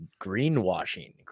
greenwashing